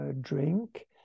drink